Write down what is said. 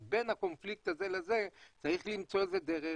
אז בין הקונפליקט בין זה לזה צריך למצוא דרך,